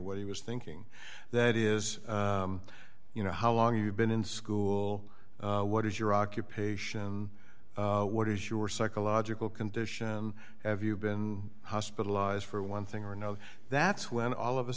what he was thinking that is you know how long you've been in school what is your occupation what is your psychological condition have you been hospitalized for one thing or no that's when all of a